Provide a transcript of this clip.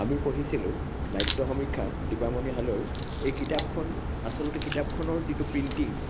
আমি পঢ়িছিলো নাট্য সমীক্ষা দীপামণি হালৈৰ এই কিতাপখন আচলতে কিতাপখনৰ যিটো প্ৰিণ্টিং